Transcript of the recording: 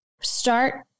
Start